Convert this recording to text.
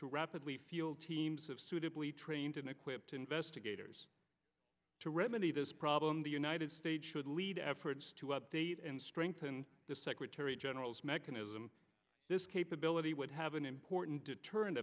to rapidly field teams of suitably trained and equipped investigators to remedy this problem the united states should lead efforts to update and strengthen the secretary general's mechanism this capability would have an important deterrent